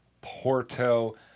Porto